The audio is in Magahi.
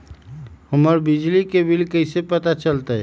हमर बिजली के बिल कैसे पता चलतै?